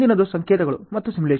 ಮುಂದಿನದು ಸಂಕೇತಗಳು ಮತ್ತು ಸಿಮ್ಯುಲೇಶನ್